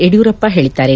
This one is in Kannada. ಯಡಿಯೂರಪ್ಪ ಹೇಳಿದ್ದಾರೆ